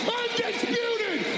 undisputed